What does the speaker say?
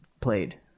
played